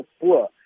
poor